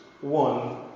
one